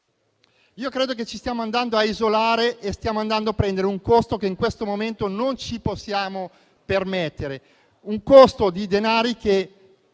Io credo che ci stiamo andando a isolare e a sopportare un costo che in questo momento non ci possiamo permettere, un costo di denari che